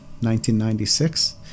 1996